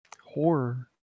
Horror